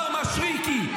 מר מישרקי,